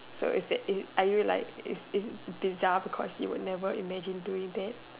so is it is it are you like is is desirable cause you would never imagine doing that